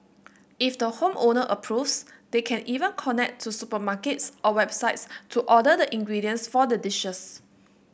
if the home owner approves they can even connect to supermarkets or websites to order the ingredients for the dishes